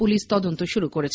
police তদন্ত শুরু করেছে